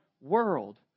world